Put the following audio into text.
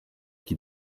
qui